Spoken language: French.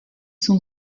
sont